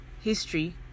history